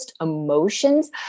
emotions